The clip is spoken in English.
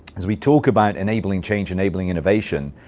as we talk about enabling change, enabling innovation,